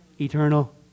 eternal